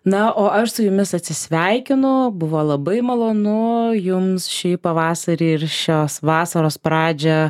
na o aš su jumis atsisveikinu buvo labai malonu jums šį pavasarį ir šios vasaros pradžią